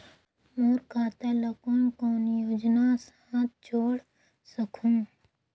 मोर खाता ला कौन कौन योजना साथ जोड़ सकहुं?